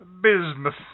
bismuth